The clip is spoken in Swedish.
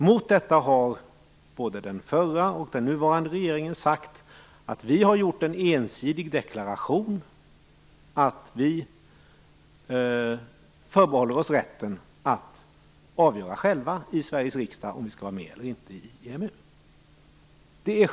Mot detta har både den förra och den nuvarande regeringen sagt att vi har gjort en ensidig deklaration, att vi förbehåller oss rätten att själva avgöra i Sveriges riksdag om vi skall vara med i EMU eller inte.